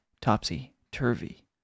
topsy-turvy